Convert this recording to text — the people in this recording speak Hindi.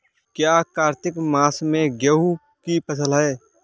क्या कार्तिक मास में गेहु की फ़सल है?